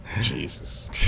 jesus